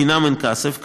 חינם אין כסף,